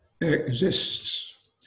exists